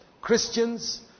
Christians